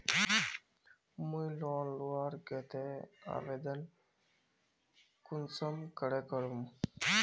मुई लोन लुबार केते आवेदन कुंसम करे करूम?